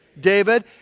David